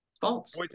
False